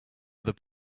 other